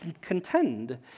contend